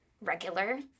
regular